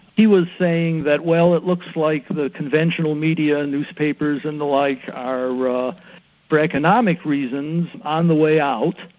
he was saying that well it looks like the conventional media, newspapers and the like, are ah for economic reasons on the way out,